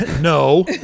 No